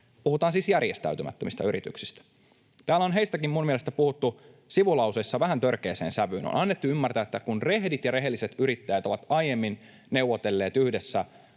Puhutaan siis järjestäytymättömistä yrityksistä. Täällä on niistäkin minun mielestäni puhuttu sivulauseissa vähän törkeään sävyyn. On annettu minun mielestäni ymmärtää, että kun rehdit ja rehelliset yrittäjät ovat aiemmin neuvotelleet yhdessä